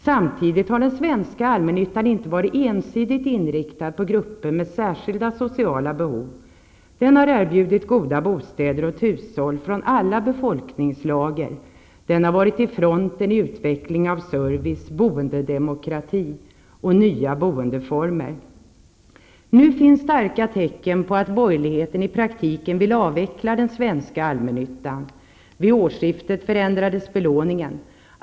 Samtidigt har den svenska allmännyttan inte varit ensidigt inriktad på grupper med särskilda sociala behov. Den har erbjudit goda bostäder åt hushåll från alla befolkningslager, och den har varit i fronten i utvecklingen av service, boendedemokrati och nya boendeformer. Nu finns det starka tecken på att borgerligheten i praktiken vill avveckla den svenska allmännyttan.